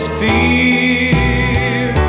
fear